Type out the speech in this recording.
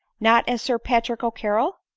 not as sir patrick ccarrol?